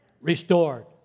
restored